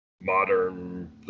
modern